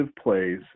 plays